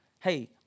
hey